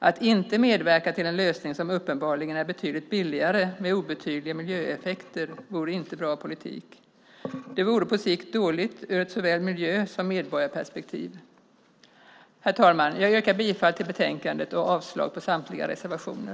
Att inte medverka till en lösning som uppenbarligen är betydligt billigare med obetydliga miljöeffekter vore inte bra politik. Det vore på sikt dåligt ur såväl ett miljö som ett medborgarperspektiv. Herr talman! Jag yrkar bifall till förslaget i betänkandet och avslag på samtliga reservationer.